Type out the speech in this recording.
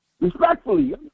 Respectfully